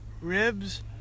Ribs